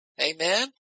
Amen